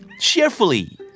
cheerfully